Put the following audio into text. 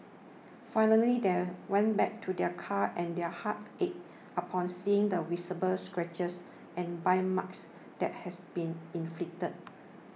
finally they went back to their car and their hearts ached upon seeing the visible scratches and bite marks that has been inflicted